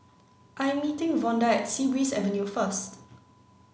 I'm meeting Vonda at Sea Breeze Avenue first